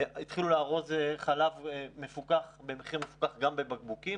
התחילו לארוז חלב מפוקח גם בבקבוקים.